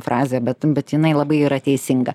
frazė bet bet jinai labai yra teisinga